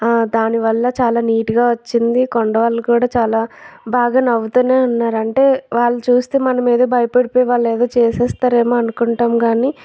దానివల్ల చాలా నీట్గా వచ్చింది కొండ వాళ్ళు కూడా చాలా బాగా నవ్వుతూనే ఉన్నారు అంటే వాళ్ళు చూస్తే మనం ఏదో భయపడిపోయి వాళ్ళు ఏదో చేసేస్తారేమో అనుకుంటాం కాని